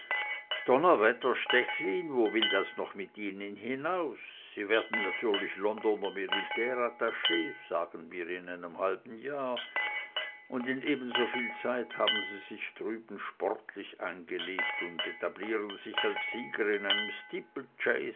donnerwetter stechlin wo will das noch mit ihnen hinaus sie werden natürlich londoner militärattach sagen wir in einem halben jahr und in ebensoviel zeit haben sie sich drüben sportlich eingelebt und etablieren sich als sieger in